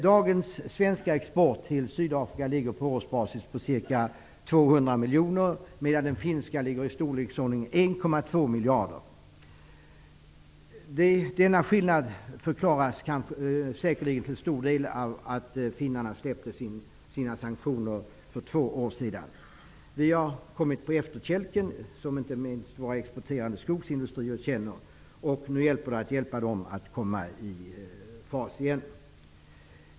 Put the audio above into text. Dagens svenska export till Sydafrika är på årsbasis ca 200 miljoner medan den finska är av storleksordningen 1,2 miljarder. Denna skillnad förklaras säkerligen till stor del av att finnarna släppte sina sanktioner för två år sedan. Vi har kommit på efterkälken, vilket inte minst vår exporterande skogsindustri känner av. Nu gäller det att hjälpa den att komma i fas igen.